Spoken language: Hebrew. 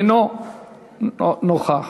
אינו נוכח.